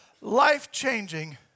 life-changing